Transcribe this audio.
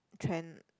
trend